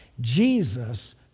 Jesus